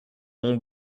mon